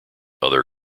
other